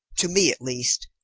to me at least,